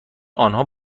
آنها